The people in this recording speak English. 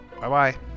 Bye-bye